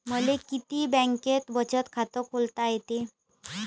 मले किती बँकेत बचत खात खोलता येते?